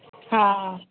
હા